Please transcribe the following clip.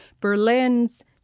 Berlin's